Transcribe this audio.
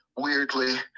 weirdly